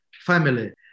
family